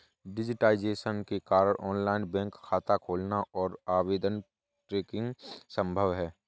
digitisation के कारण online bank खाता खोलना और आवेदन ट्रैकिंग संभव हैं